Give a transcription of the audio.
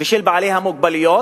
ושל בעלי המוגבלויות,